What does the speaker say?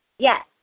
Yes